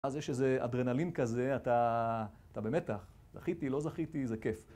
אז יש איזה אדרנלין כזה, אתה במתח, זכיתי, לא זכיתי, זה כיף.